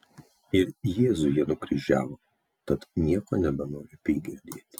ir jėzų jie nukryžiavo tad nieko nebenoriu apie jį girdėt